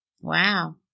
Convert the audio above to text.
Wow